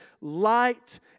light